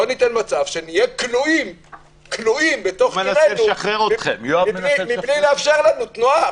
לא נאפשר מצב שנהיה כלואים בתוך עירנו בלי לאפשר לנו תנועה.